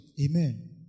Amen